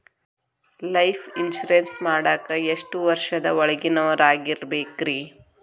Life insurance ಮಾಡಾಕ ಎಷ್ಟು ವರ್ಷದ ಒಳಗಿನವರಾಗಿರಬೇಕ್ರಿ?